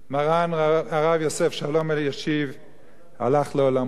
מרן הרב יוסף שלום אלישיב הלך לעולמו.